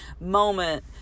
moment